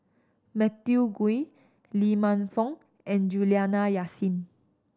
Matthew Ngui Lee Man Fong and Juliana Yasin